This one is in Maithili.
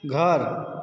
घर